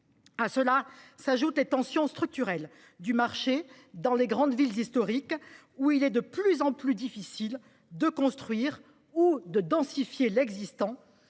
À cela s’ajoutent les tensions structurelles du marché dans les grandes villes historiques, où il est de plus en plus difficile de construire ou de densifier l’existant,